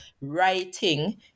writing